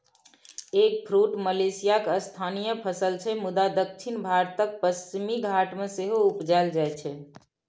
eggfruit मलेशियाक स्थानीय फसल छै मुदा दक्षिण भारतक पश्चिमी घाट मे सेहो उपजाएल जाइ छै